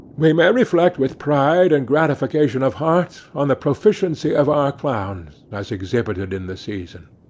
we may reflect with pride and gratification of heart on the proficiency of our clowns as exhibited in the season.